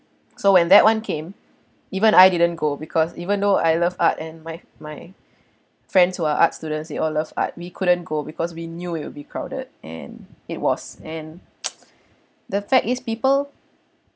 so and that [one] came even I didn't go because even though I love art and my my friends who are art students they all love art we couldn't go because we knew it would be crowded and it was and the fact is people